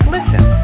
Listen